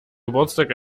geburtstag